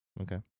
Okay